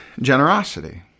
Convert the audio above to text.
Generosity